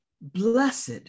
blessed